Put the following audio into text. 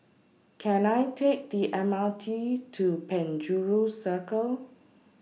Can I Take The M R T to Penjuru Circle